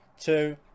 two